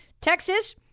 Texas